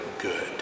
good